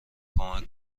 کمک